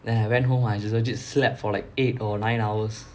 then I went home I legit just slept for like eight or nine hours